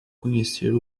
conhecer